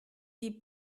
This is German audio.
die